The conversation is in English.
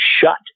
shut